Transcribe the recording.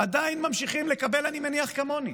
עדיין ממשיכים לקבל, כמוני,